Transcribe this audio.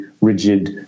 rigid